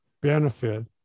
benefit